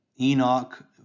Enoch